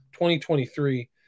2023